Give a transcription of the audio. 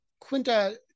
Quinta